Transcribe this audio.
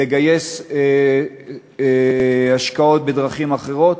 לגייס השקעות בדרכים אחרות,